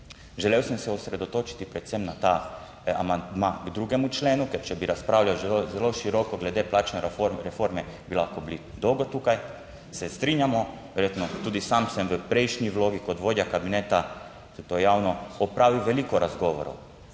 želel sem se osredotočiti predvsem na ta amandma k 2. členu. Ker če bi razpravljal zelo široko glede plačne reforme, bi lahko bili dolgo tukaj. Se strinjamo verjetno, tudi sam sem v prejšnji vlogi kot vodja kabineta to javno opravil veliko razgovorov.